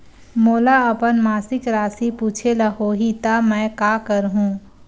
मोला अपन मासिक राशि पूछे ल होही त मैं का करहु?